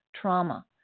trauma